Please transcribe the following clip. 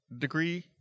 degree